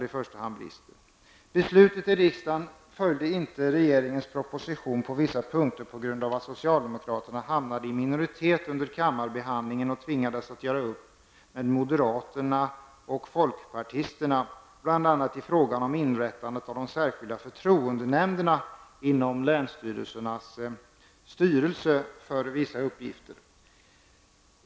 På vissa punkter följde beslutet i riksdagen inte regeringens proposition, på grund av att socialdemokraterna hamnade i minoritet under kammarbehandlingen och tvingades göra upp med moderaterna och folkpartisterna, bl.a. i frågan om inrättandet av de särskilda förtroendenämnderna inom länsstyrelsernas styrelse för vissa uppgifter.